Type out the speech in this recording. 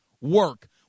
work